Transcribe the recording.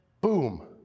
boom